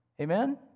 Amen